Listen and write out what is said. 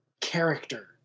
character